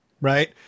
right